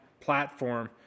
platform